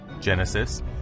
Genesis